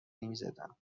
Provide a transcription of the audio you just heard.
نمیزدم